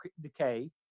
decay